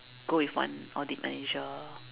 go with one audit manager